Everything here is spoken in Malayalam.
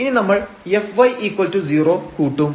ഇനി നമ്മൾ fy0 കൂട്ടും